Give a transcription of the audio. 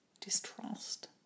Distrust